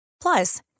Plus